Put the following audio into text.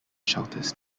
shelters